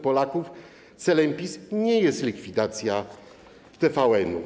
Polaków celem PiS nie jest likwidacja TVN.